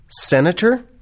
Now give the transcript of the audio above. senator